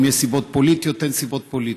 אם יש סיבות פוליטיות או אין סיבות פוליטיות.